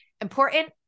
important